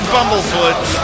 Bumblefoot